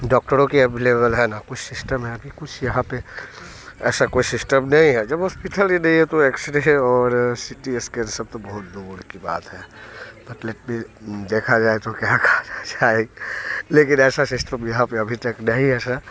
डॉक्टरों की अवेलेबल है ना कुछ सिस्टम है अभी कुछ यहाँ पे ऐसा कोई सिस्टम नहीं है जब हॉस्पिटल ही नहीं है तो एक्स रे और सी टी स्केन सब तो बहुत दूर की बात है मतलब कि देखा जाए तो क्या कहा जाए लेकिन ऐसा सिस्टम यहाँ पे अभी तक नहीं है सर